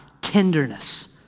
Tenderness